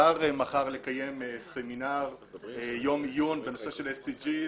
כבר מחר לקיים סמינר, יום עיון בנושא של SDGs